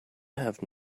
have